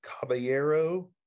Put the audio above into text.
Caballero